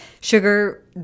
sugar